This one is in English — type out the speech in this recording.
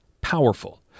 powerful